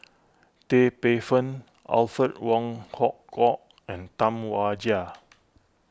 Tan Paey Fern Alfred Wong Hong Kwok and Tam Wai Jia